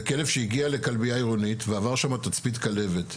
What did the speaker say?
זה כלב שהגיע לכלבייה עירונית ועבר שם תצפית כלבת.